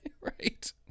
Right